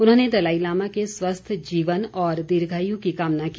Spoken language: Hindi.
उन्होंने दलाई लामा के स्वस्थ जीवन और दीर्घायु की कामना की